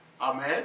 Amen